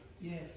Yes